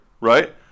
right